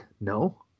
No